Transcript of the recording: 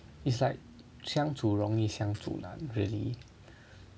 it's like 相处容易相住难 really